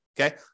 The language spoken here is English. Okay